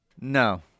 No